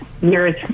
years